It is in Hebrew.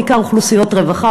בעיקר אוכלוסיות רווחה,